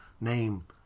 name